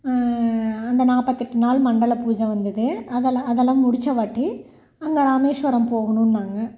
அந்த நாற்பத்து எட்டு நாள் மண்டல பூஜை வந்துது அதெலாம் அதெலாம் முடிச்சவாட்டி அங்கே ராமேஸ்வரம் போகணும்னாங்க